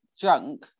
drunk